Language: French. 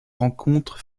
rencontres